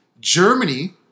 Germany